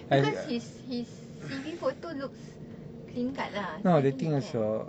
because his his C_V photo looks clean cut lah so I think he can